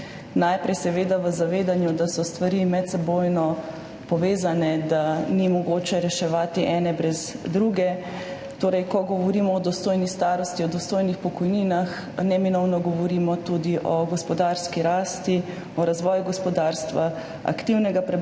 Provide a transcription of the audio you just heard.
najprej seveda v zavedanju, da so stvari medsebojno povezane, da ni mogoče reševati ene brez druge. Ko govorimo o dostojni starosti, o dostojnih pokojninah, neizogibno govorimo tudi o gospodarski rasti, o razvoju gospodarstva, aktivnega prebivalstva